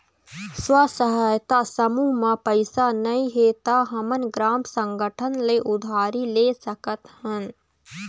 स्व सहायता समूह म पइसा नइ हे त हमन ग्राम संगठन ले उधारी ले सकत हन